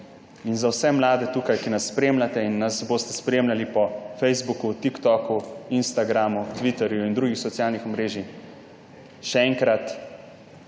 Za vse mlade tukaj, ki nas spremljate in nas boste spremljali po Facebooku, Tik toku, Instagramu, Twitterju in drugih socialnih omrežij, še enkrat,